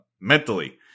mentally